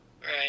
Right